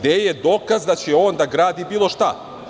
Gde je dokaz da će on da gradi bilo šta?